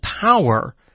power